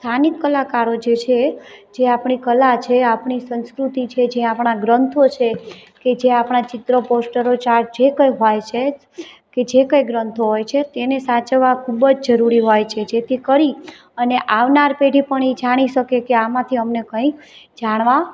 સ્થાનિક કલાકારો જે છે જે આપણી કલા છે જે આપણી સંસ્કૃતિ છે જે આપણા ગ્રંથો છે કે જે આપણાં ચિત્રો પોસ્ટરો ચાર્ટ જે કંઈ હોય છે કે જે કંઈ ગ્રંથો હોય છે તેને સાચવવા ખૂબ જ જરૂરી હોય છે જેથી કરી અને આવનાર પેઢી પણ એ જાણી શકે કે આમાંથી અમને કંઈક જાણવા